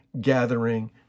gathering